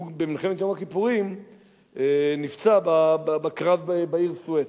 במלחמת יום הכיפורים הוא נפצע בקרב בעיר סואץ.